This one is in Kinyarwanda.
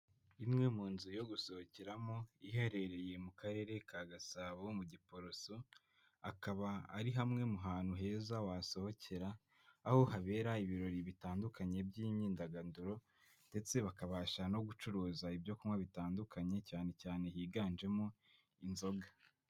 Imwe mu nzu yo gusohokeramo iherereye mu karere ka Gasabo mu Giporoso, akaba ari hamwe mu hantu heza wasohokera, aho habera ibirori bitandukanye by'imyidagaduro ndetse bakabasha no gucuruza ibyo kunywa bitandukanye cyane cyane higanjemo inzoga.